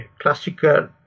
Classical